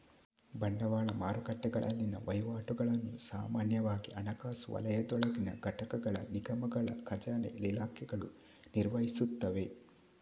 ಬಂಡವಾಳ ಮಾರುಕಟ್ಟೆಗಳಲ್ಲಿನ ವಹಿವಾಟುಗಳನ್ನು ಸಾಮಾನ್ಯವಾಗಿ ಹಣಕಾಸು ವಲಯದೊಳಗಿನ ಘಟಕಗಳ ನಿಗಮಗಳ ಖಜಾನೆ ಇಲಾಖೆಗಳು ನಿರ್ವಹಿಸುತ್ತವೆ